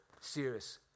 serious